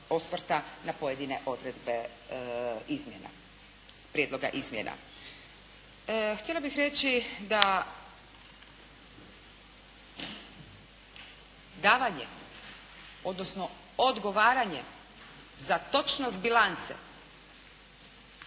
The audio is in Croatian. na pojedine odredbe izmjene, prijedloga izmjena. Htjela bih reći da davanje, odnosno odgovaranje za točnost bilance,